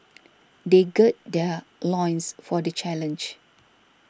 they gird their loins for the challenge